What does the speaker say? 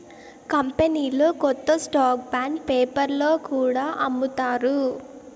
కంపెనీలు కొత్త stock bond పేపర్లో కూడా అమ్ముతారు